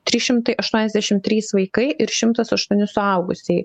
trys šimtai aštuoniasdešimt trys vaikai ir šimtas aštuoni suaugusieji